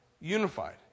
unified